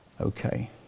Okay